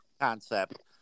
concept